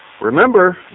remember